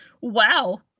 wow